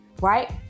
right